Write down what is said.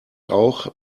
auch